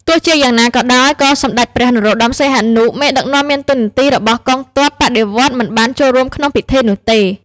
ទោះជាយ៉ាងណាក៏ដោយ ក៏ សម្តេចព្រះនរោត្តម សីហនុ មេដឹកនាំមានតួនាទីរបស់កងទ័ពបដិវត្តន៍មិនបានចូលរួមក្នុងពិធីនោះទេ។